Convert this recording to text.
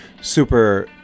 super